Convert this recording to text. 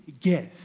give